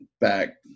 back